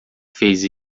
fez